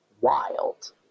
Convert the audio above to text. wild